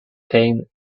cain